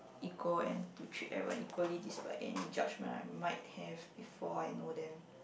equal and to treat everyone equally despite any judgement I might have before I know them